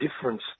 difference